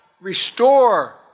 restore